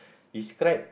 describe